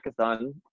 hackathon